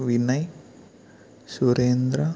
Vinay Surendra